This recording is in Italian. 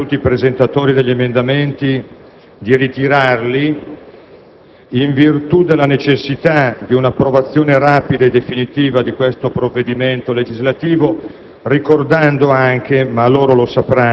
noi saremmo per chiedere a tutti i presentatori degli emendamenti di ritirarli, in virtù della necessità di una approvazione rapida e definitiva di questo provvedimento legislativo,